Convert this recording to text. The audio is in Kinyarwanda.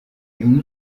imwe